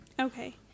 okay